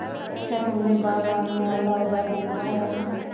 क्या तुमने बाघ मारने वाला औजार देखा है राहुल?